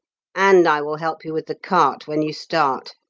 and i will help you with the cart when you start.